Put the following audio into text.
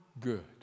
good